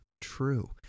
true